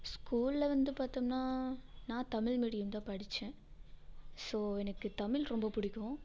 ஸ்கூலில் வந்து பார்த்தோம்னா நான் தமிழ் மீடியம் தான் படித்தேன் ஸோ எனக்கு தமிழ் ரொம்ப பிடிக்கும்